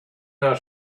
their